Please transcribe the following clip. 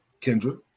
Kendra